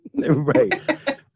Right